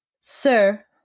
Sir